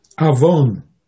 Avon